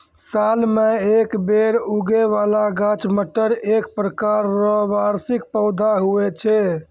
साल मे एक बेर उगै बाला गाछ मटर एक प्रकार रो वार्षिक पौधा हुवै छै